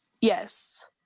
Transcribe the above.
Yes